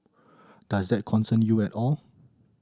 does that concern you at all